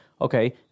Okay